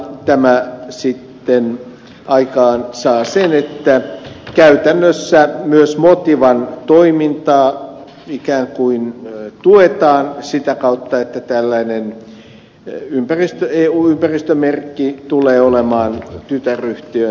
tämä sitten aikaansaa sen että käytännössä myös motivan toimintaa ikään kuin tuetaan sitä kautta että tällainen eu ympäristömerkki tulee olemaan tytäryhtiön toimialue